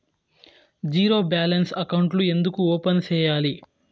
zero balance అకౌంట్లు ఎందుకు open సేయాలి